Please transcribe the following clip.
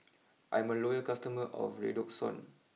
I'm a loyal customer of Redoxon